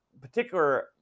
particular